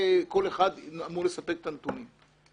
וכל אחד אמור לספק את הנתונים.